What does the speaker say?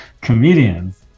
Comedians